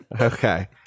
Okay